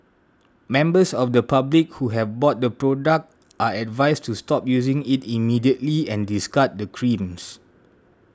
members of the public who have bought the product are advised to stop using it immediately and discard the creams